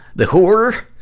the whore.